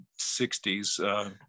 60s